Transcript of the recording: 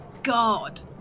God